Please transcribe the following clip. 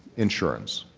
insurance,